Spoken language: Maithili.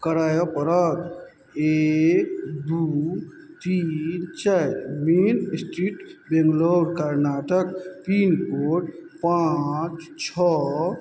करय पड़त एक दू तीन चारि main street Bangalore Karnataka pin code पाँच छओ